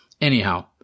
Anyhow